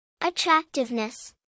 Attractiveness